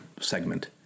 segment